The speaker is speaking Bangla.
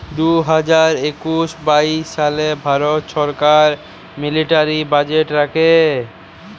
দু হাজার একুশ বাইশ সালে ভারত ছরকার মিলিটারি বাজেট রাখে